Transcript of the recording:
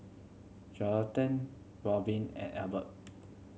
Jonathan Robin and Elbert